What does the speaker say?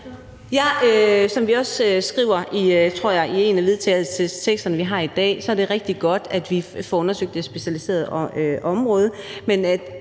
tror jeg, skriver i en af vedtagelsesteksterne, vi har i dag, så er det rigtig godt, at man får undersøgt det specialiserede område.